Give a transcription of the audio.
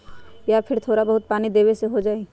या फिर थोड़ा बहुत पानी देबे से हो जाइ?